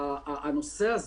הנושא של